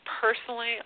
personally